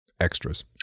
extras